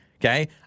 Okay